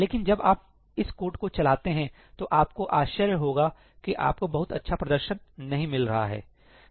लेकिन जब आप इस कोड को चलाते हैं तो आपको आश्चर्य होगा कि आपको बहुत अच्छा प्रदर्शन नहीं मिल रहा है